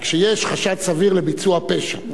כשיש חשד סביר לביצוע פשע,